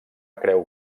creu